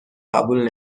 قبول